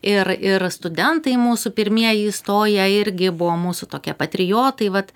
ir ir studentai mūsų pirmieji įstoję irgi buvo mūsų tokie patriotai vat